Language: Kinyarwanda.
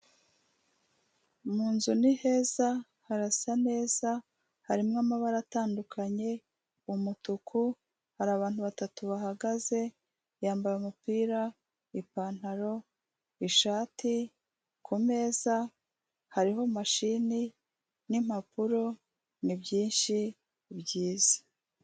Munzu ni heza harasa neza harimo amabara atandukanye, umutuku, hari abantu batatu bahagaze, yambaye umupira, ipantaro, ishati, kumeza hariho mashine n'impapuro ni byinshi byiza.